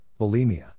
bulimia